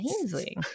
amazing